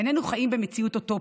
איננו חיים במציאות אוטופית.